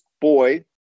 boy